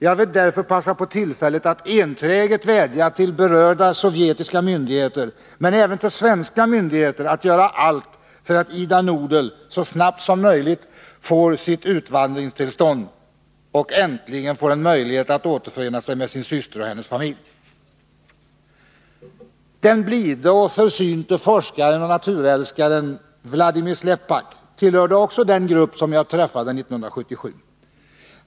Jag vill därför ta tillfället i akt att enträget vädja till berörda sovjetiska myndigheter, men även till svenska myndigheter, att göra allt för att Ida Nudel så snabbt som möjligt får sitt utvandringstillstånd och äntligen ges möjlighet att förena sig med sin syster och hennes familj. Den blide och försynte forskaren och naturälskaren Vladimir Slepak tillhörde också den grupp som jag träffade 1977.